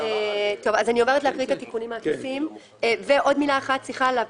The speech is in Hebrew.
אז אני עוברת להקריא את התיקונים העקיפים ועוד מילה אחת לגבי